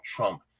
Trump